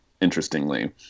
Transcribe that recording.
interestingly